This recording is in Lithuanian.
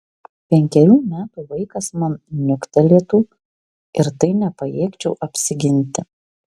penkerių metų vaikas man niuktelėtų ir tai nepajėgčiau apsiginti